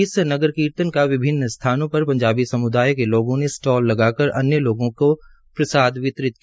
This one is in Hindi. इस नगर कीर्तन का विभिन्न स्थानों पर पंजाबी सम्दाय के लोगों ने स्टाल लगा कर अन्य लोगों को प्रसाद वितरित किया